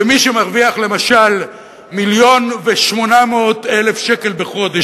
ומי שמרוויח למשל מיליון ו-800,000 שקל בחודש,